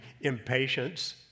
impatience